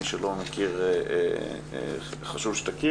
מי שלא מכיר, חשוב שתכיר.